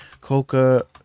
Coca